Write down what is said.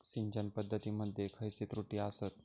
सिंचन पद्धती मध्ये खयचे त्रुटी आसत?